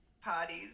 parties –